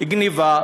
גנבה,